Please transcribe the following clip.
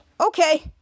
okay